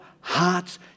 hearts